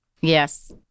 yes